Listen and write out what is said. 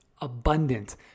abundant